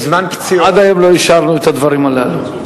עד היום לא אישרנו את הדברים הללו.